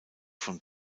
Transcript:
von